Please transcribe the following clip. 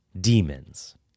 Demons